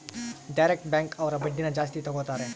direct bank ಅವ್ರು ಬಡ್ಡಿನ ಜಾಸ್ತಿ ತಗೋತಾರೆ